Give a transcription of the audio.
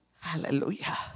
Hallelujah